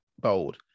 Bold